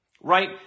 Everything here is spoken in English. right